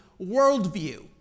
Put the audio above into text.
worldview